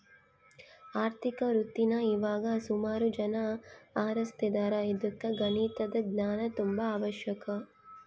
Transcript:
ಆರ್ಥಿಕ ವೃತ್ತೀನಾ ಇವಾಗ ಸುಮಾರು ಜನ ಆರಿಸ್ತದಾರ ಇದುಕ್ಕ ಗಣಿತದ ಜ್ಞಾನ ತುಂಬಾ ಅವಶ್ಯಕ